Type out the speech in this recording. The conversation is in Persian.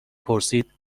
پرسید